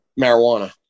marijuana